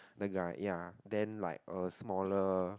the guy ya then like a smaller